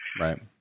Right